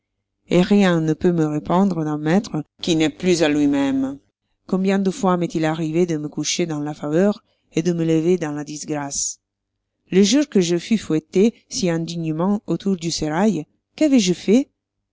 et rien ne peut me répondre d'un maître qui n'est plus à lui-même combien de fois m'est-il arrivé de me coucher dans la faveur et de me lever dans la disgrâce le jour que je fus fouetté si indignement autour du sérail quavois je fait